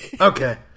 Okay